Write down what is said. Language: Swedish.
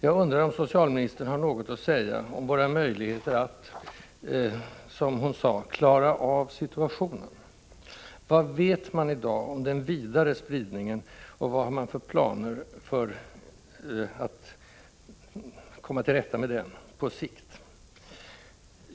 Jag undrar om socialministern har något att säga om våra möjligheter att, som hon sade, klara av situationen. Vad vet man i dag om den vidare spridningen, och vad har man för planer för att komma till rätta med den på sikt?